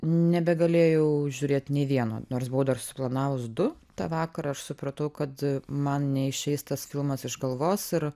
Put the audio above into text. nebegalėjau žiūrėt nei vieno nors buvau dar suplanavus du tą vakarą aš supratau kad man neišeis tas filmas iš galvos ir